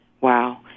Wow